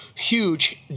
huge